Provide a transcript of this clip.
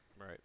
Right